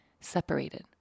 separated